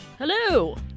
Hello